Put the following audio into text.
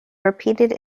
repeated